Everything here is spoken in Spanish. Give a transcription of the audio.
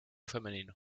femenino